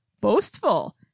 Boastful